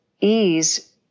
ease